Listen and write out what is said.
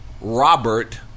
Robert